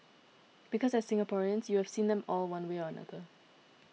because as Singaporeans you have seen them all one way or another